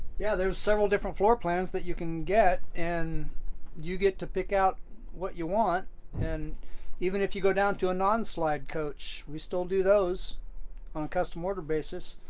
yeah, there's several different floorplans that you can get and you get to pick out what you want and even if you go down to a non-slide coach, we still do those on a custom order basis.